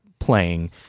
playing